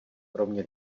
kromě